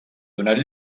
donat